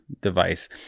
device